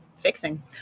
fixing